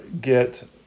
get